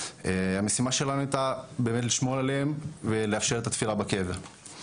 המשימה שלנו הייתה באמת לשמור עליהם ולאפשר את התפילה בקבר.